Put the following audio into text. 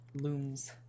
looms